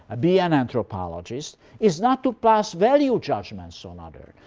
be an anthropologist is not to pass value judgments on others,